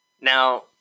now